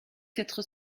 quatre